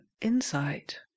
insight